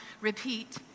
repeat